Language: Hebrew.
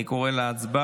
אני קורא להצבעה.